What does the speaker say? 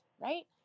right